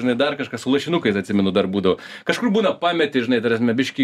žinai dar kažkas su lašinukais atsimenu dar būdavo kažkur būna pameti žinai ta prasme biškį